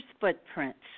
Footprints